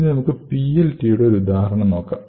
ഇനി നമുക് PLT യുടെ ഒരു ഉദാഹരണം നോക്കാം